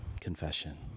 confession